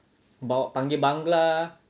bawa panggil bangla